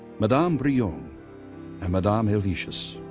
madame brillon and madame helvetius.